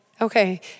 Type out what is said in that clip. okay